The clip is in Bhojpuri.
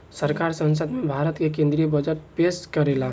सरकार संसद में भारत के केद्रीय बजट पेस करेला